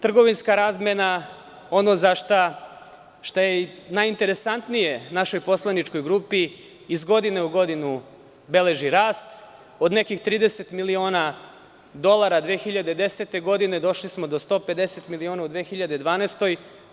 Trgovinska razmena, ono što je najinteresantnije našoj poslaničkoj grupi je da iz godine u godinu beleži rast od nekih 30 miliona dolara 2010. godine došli smo do 150 miliona u 2012. godini.